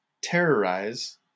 terrorize